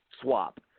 swap